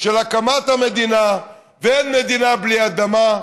של הקמת המדינה, ואין מדינה בלי אדמה,